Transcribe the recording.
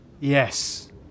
Yes